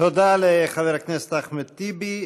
תודה לחבר הכנסת אחמד טיבי.